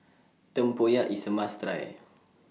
Tempoyak IS A must Try